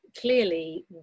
clearly